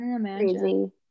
crazy